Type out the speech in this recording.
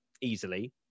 easily